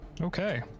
Okay